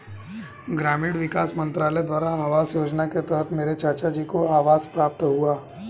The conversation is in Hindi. ग्रामीण विकास मंत्रालय द्वारा आवास योजना के तहत मेरे चाचाजी को आवास प्राप्त हुआ